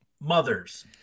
mothers